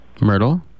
Myrtle